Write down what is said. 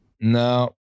No